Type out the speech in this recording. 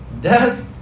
death